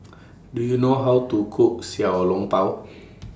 Do YOU know How to Cook Xiao Long Bao